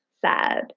sad